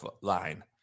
line